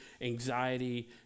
anxiety